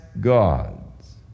God's